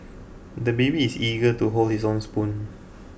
the baby is eager to hold his own spoon